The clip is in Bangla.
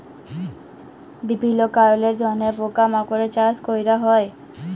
বিভিল্য কারলের জন্হে পকা মাকড়ের চাস ক্যরা হ্যয়ে